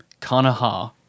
Kanaha